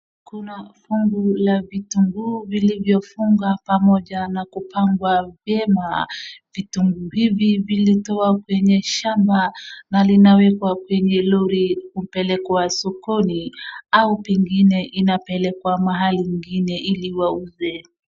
Kuna fungu la vitunguu lililofungwa pamoja na kupangwa vyema. Vitunguu hivi ilitoka kwenye shamba na linawekwa kwenye lori ili kupelekwa sokoni au pengine inapelekwa mahali pengine ili wauze.